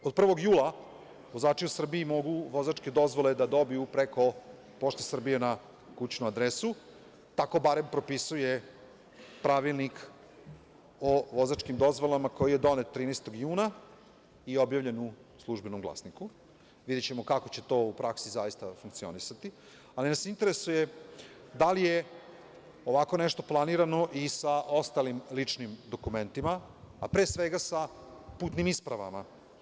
Naime, od 1. jula vozači u Srbiji mogu vozačke dozvole da dobiju preko "Pošte Srbije" na kućnu adresu, barem tako propisuje pravilnik o vozačkim dozvolama koji je donet 13. juna i objavljen u "Službenom glasniku", videćemo kako će to u praksi zaista funkcionisati, ali nas interesuje da li je ovako nešto planirano i sa ostalim ličnim dokumentima, a pre svega sa putnim ispravama?